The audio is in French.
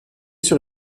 sur